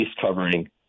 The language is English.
covering